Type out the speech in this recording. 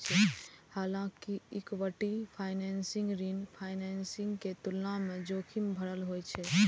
हालांकि equity financing ऋण financing के तुलना मे जोखिम भरल होइ छै